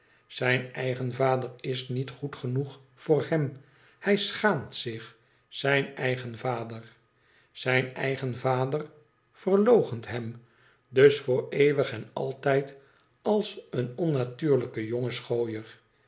zijn eigen yader is niet goed genoeg voor hem hij schaamt zich zijn eigen vader zijn eigen vader verloochent hem dus voor eeuwig en altijd als een onnatuurlijken jongen